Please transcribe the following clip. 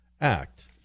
act